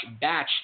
batch